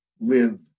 live